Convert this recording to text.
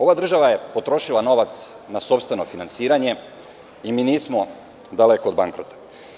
Ova država je potrošila novac na sopstveno finansiranje i mi nismo daleko od bankrota.